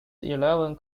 eleven